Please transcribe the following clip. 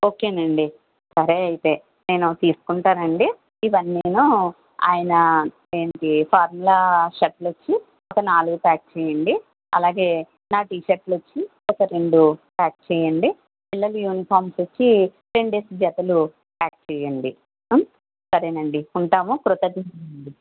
okay అండి సరే అయితే నేను అవి తీసుకుంటానండి ఇవన్నీ ఆయన ఎంటి ఫార్మల్ షర్ట్లు వచ్చి ఒక నాలుగు ప్యాక్ చెయ్యండి అలాగే నా టీషర్ట్లు వచ్చి ఒక రెండు ప్యాక్ చెయ్యండి పిల్లల యూనిఫార్మ్స్ వచ్చి రెండేసి జతలు ప్యాక్ చెయ్యండి సరేనండి ఉంటాము కృతజ్ఞతలు అండి